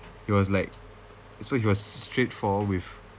he was like so he was straight four with